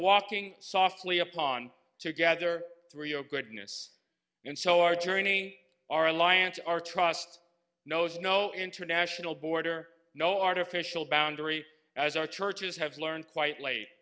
walking softly upon to gather three oh goodness and so are turning our alliance our trust knows no international border no artificial boundary as our churches have learned quite late